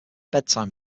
bedtime